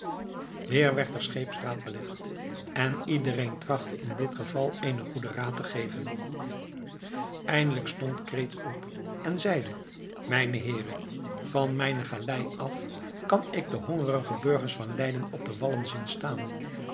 weer werd er scheepsraad belegd en iedereen trachtte in dit geval eenen goeden raad te geven eindelijk stond cret op en zeide mijne heeren van mijne galei af kan ik de hongerige burgers van leiden op de wallen zien staan